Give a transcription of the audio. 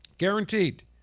guaranteed